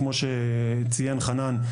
כפי שציין חנן,